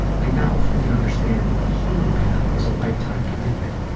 i now fully understand that the healing path is a lifetime commitment.